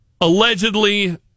allegedly